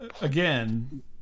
again